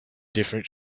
different